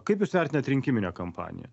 kaip jūs vertinat rinkiminę kampaniją